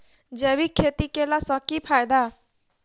जैविक खेती केला सऽ की फायदा?